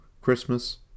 Christmas